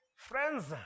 Friends